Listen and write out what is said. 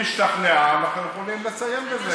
אם היא השתכנעה, אנחנו יכולים לסיים בזה.